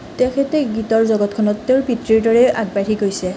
তেওঁ সেই গীতৰ জগতখনত তেওঁৰ পিতৃৰ দৰেই আগবাঢ়ি গৈছে